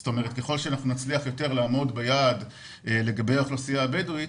זאת אומרת שככול שנצליח לעמוד ביעד לגבי האוכלוסייה הבדואית,